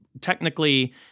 technically –